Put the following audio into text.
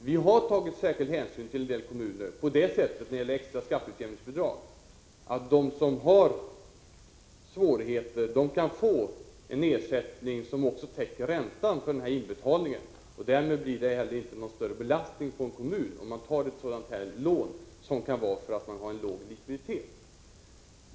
Vi har tagit särskild hänsyn till en del kommuner när det gäller det extra skatteutjämningsbidraget på det sättet att de som har svårigheter kan få en ersättning som också täcker räntan för inbetalningen, och därmed blir det inte heller någon större belastning på en kommun, om man tar ett lån som kan behövas för att klara sin låga likviditet.